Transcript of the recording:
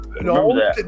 No